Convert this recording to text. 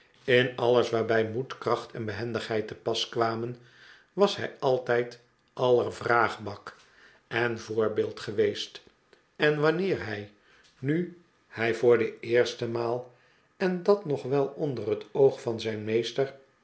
in alles waarbij moed kracht en behendigheid te pas kwamen was hij altijd aller vraagbaak en voorbeeld geweest en wanneer hij nu hij voor de eerste maal en dat nog wel onder het oog van zijn meester